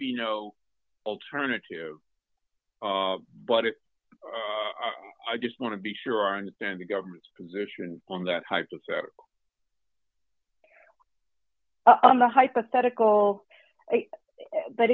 be no alternative but it i just want to be sure i understand the government's position on that hypothetical of the hypothetical but